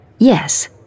Yes